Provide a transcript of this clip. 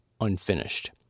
unfinished